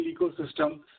ecosystem